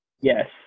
yes